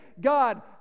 God